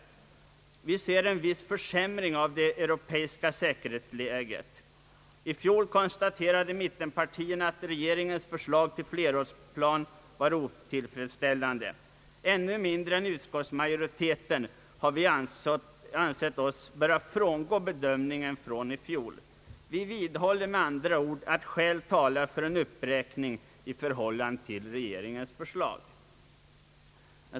Vi ser en »viss försämring av det europeiska säkerhetsläget». I fjol konstaterade mittenpartierna att regeringens förslag till flerårsplan var otillfredsställande. ännu mindre än utskottsmajoriteten har vi ansett oss böra frångå bedömningen från i fjol. Vi vidhåller med andra ord att skäl talar för en uppräkning i förhållande till regeringens förslag.